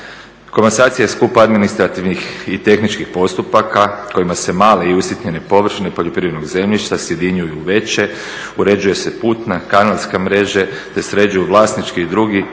Komasacija je skup administrativnih i tehničkih postupaka kojima se male i usitnjene površine poljoprivrednog zemljišta sjedinjuju u veće, uređuje se put, kanalske mreže, te sređuju vlasnički i drugi